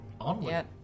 Onward